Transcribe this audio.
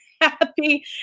happy